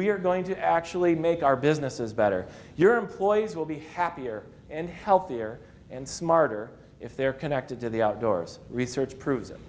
are going to actually make our businesses better your employees will be happier and healthier and smarter if they're connected to the outdoors research proves them